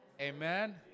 Amen